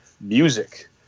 Music